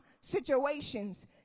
situations